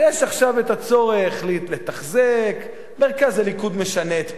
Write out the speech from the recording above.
ויש עכשיו הצורך לתחזק, מרכז הליכוד משנה את פניו,